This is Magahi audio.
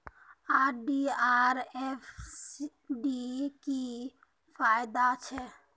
आर.डी आर एफ.डी की फ़ायदा छे?